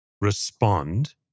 respond